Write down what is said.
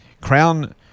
Crown